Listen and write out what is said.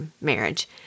marriage